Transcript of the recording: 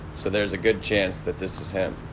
so there's a good chance that this is him.